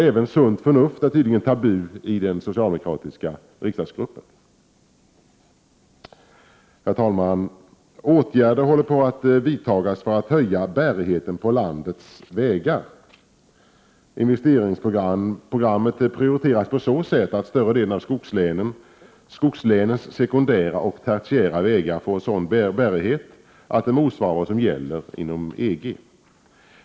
Även sunt förnuft är tydligen tabu i den socialdemokratiska riksdagsgruppen. Herr talman! Åtgärder håller på att vidtas för att höja bärigheten på landets vägar. Investeringsprogram prioriteras på så sätt att större delen av skogslänens sekundära och tertiära vägar får sådan bärighet att det motsvarar vad som gäller inom EG.